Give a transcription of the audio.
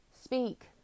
Speak